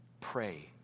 pray